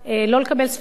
לא יקבל ספרים.